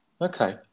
Okay